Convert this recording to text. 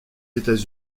états